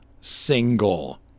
single